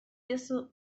isso